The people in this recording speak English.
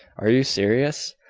are you serious?